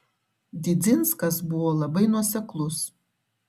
didzinskas buvo labai nuoseklus